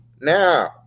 now